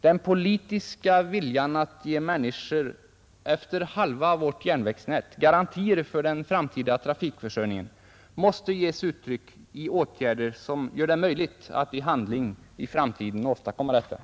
Den politiska viljan att ge människor bosatta utefter halva vårt järnvägsnät garantier för den framtida trafikförsörjningen måste i dag ges uttryck i åtgärder, som gör det möjligt att i handling i framtiden åstadkomma en sådan.